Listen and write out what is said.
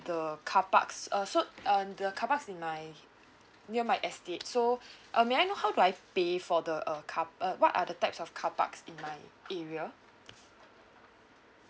the carparks uh so um the carpark in my near my estate so uh may I know how do I pay for the uh car~ uh what are the types of carparks in my area